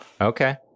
Okay